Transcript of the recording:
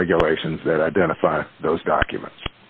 regulations that identify those documents